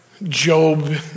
Job